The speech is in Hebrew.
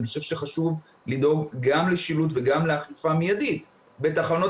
אני חושב שחשוב לדאוג גם לשילוט וגם לאכיפה מיידית בתחנות